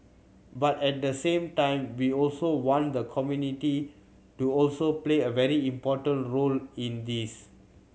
but at the same time we also want the community to also play a very important role in this